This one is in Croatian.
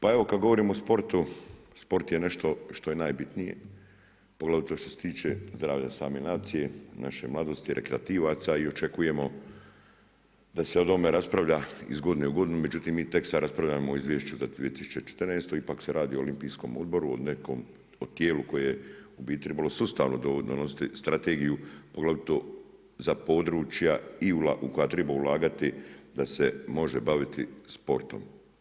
Pa, evo, kad govorimo o sportu, sport je nešto što je najbitnije, poglavito što se tiče zdravlja same nacije, naše mladosti, rekreativaca i očekujemo da se o tome raspravlja iz godinu u godinu, međutim, mi tek sada raspravljamo o izvješću od 2014. ipak se radi o Olimpijskom odboru, o nekom tijelu, koje bi trebalo sustavno donositi strategiju, poglavito za područja i u koja treba ulagati da se može baviti sportom.